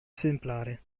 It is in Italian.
esemplare